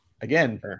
Again